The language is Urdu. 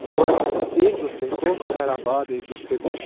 اور ایک دوسرے کو خیر آباد ایک دوسرے کو